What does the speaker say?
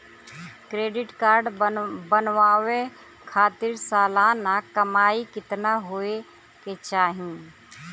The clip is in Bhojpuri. क्रेडिट कार्ड बनवावे खातिर सालाना कमाई कितना होए के चाही?